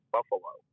Buffalo